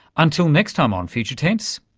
until next time on future tense,